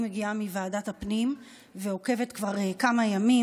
אני מגיעה מוועדת הפנים ועוקבת כבר כמה ימים